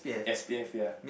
s_p_f ya